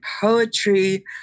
poetry